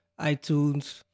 iTunes